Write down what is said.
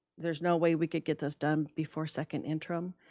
there's no way we could get this done before second interim,